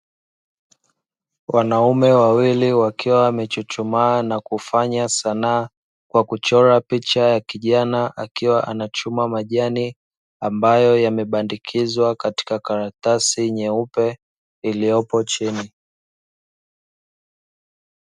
Wanaume wawili wakiwa wamechuchumaa na kufanya sanaa, kwa kuchora picha ya kijana akiwa anachuma majani ambayo yamebandikizwa katika karatasi nyeupe iliyopo chini.